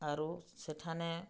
ଆରୁ ସେଠାନେ